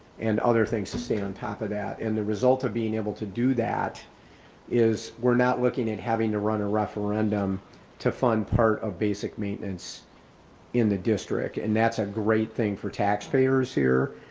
and other things to stay on top of that. and the result of being able to do that is we're not looking at having to run a referendum to fund part of basic maintenance in the district. and that's a great thing for taxpayers here,